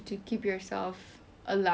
saya rasa ada macam cara nak